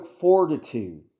fortitude